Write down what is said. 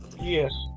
Yes